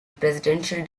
presidential